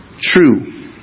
true